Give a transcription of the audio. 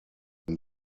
ein